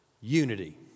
Unity